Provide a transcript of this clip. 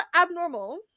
abnormal